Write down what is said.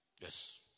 Yes